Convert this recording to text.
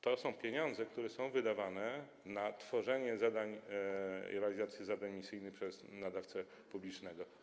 To są pieniądze, które są wydawane na tworzenie i realizację zadań misyjnych przez nadawcę publicznego.